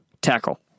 tackle